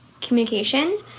communication